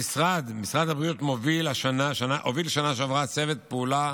משרד הבריאות הוביל בשנה שעברה צוות פעולה